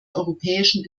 europäischen